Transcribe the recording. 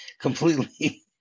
Completely